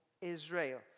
israel